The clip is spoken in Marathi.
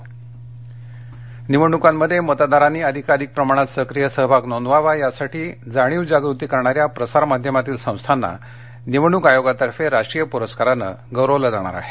माध्यम परस्कार निवडणुकांमध्ये मतदारांनी अधिकाधिक प्रमाणात सक्रिय सहभाग नोंदवावा यासाठी जाणीव जागृती करणाऱ्या प्रसारमाध्यमातील संस्थांना निवडणूक आयोगातर्फे राष्ट्रीय पुरस्कारानं गौरवले जाणार आहे